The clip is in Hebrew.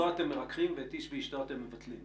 אותו אתם מרככים ואת "איש ואשתו" אתם מבטלים.